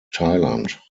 thailand